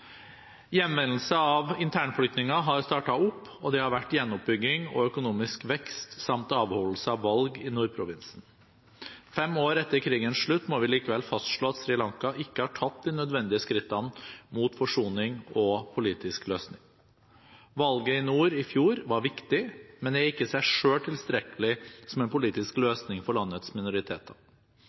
Hjemvendelse av internflyktninger har startet opp, og det har vært gjenoppbygging og økonomisk vekst samt avholdelse av valg i nordprovinsen. Fem år etter krigens slutt må vi likevel fastslå at Sri Lanka ikke har tatt de nødvendige skrittene mot forsoning og politisk løsning. Valget i nord i fjor var viktig, men er ikke i seg selv tilstrekkelig som en politisk løsning for landets minoriteter.